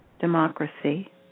democracy